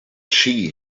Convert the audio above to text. she